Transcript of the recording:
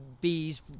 bees